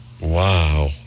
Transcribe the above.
Wow